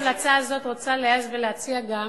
אני, לצד ההמלצה הזאת, רוצה להעז ולהציע גם